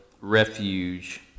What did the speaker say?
refuge